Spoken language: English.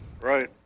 Right